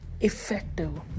effective